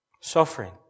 Suffering